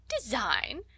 design